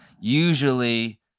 usually